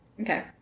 Okay